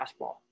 fastball